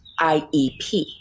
IEP